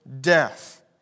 death